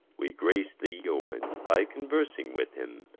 we grace the yeoman, by conuersing with him